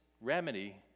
remedy